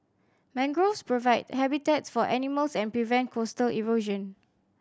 mangroves provide habitats for animals and prevent coastal erosion